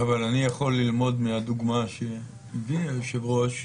אבל אני יכול ללמוד מהדוגמה שלי, היושב-ראש,